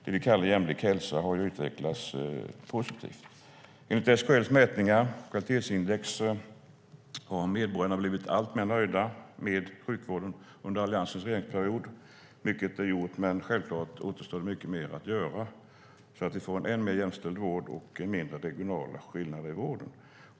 Det som vi kallar jämlik hälsa har utvecklats positivt. Enligt SKL:s mätningar och kvalitetsindex har medborgarna blivit alltmer nöjda med sjukvården under Alliansens regeringsperiod. Mycket är gjort, men självklart återstår mycket mer att göra för att vi ska få en än mer jämställd vård och mindre regionala skillnader i vården.